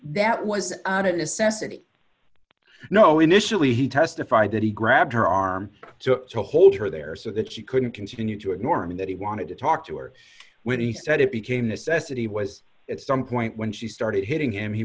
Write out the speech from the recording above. that was out of necessity you know initially he testified that he grabbed her arm to hold her there so that she couldn't continue to ignore me that he wanted to talk to her when he said it became necessity was at some point when she started hitting him he